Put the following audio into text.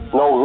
no